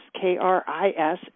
K-R-I-S